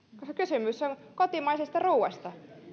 koska kysymys on kotimaisesta ruoasta